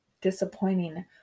disappointing